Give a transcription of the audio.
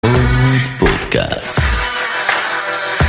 עוד פודקאסט